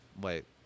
Wait